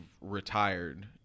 retired